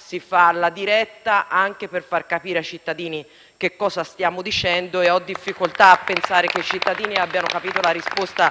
si fa la diretta anche per far capire ai cittadini che cosa stiamo dicendo e ho difficoltà a credere che i cittadini abbiano capito la risposta